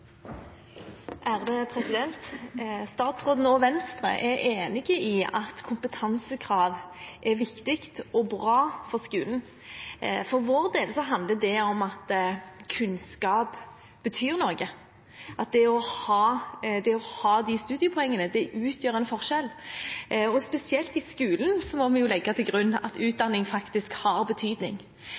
enige om at kompetansekrav er viktig og bra for skolen. For vår del handler det om at kunnskap betyr noe, at det å ha de studiepoengene utgjør en forskjell. Og spesielt i skolen må vi legge til grunn at utdanning faktisk har betydning.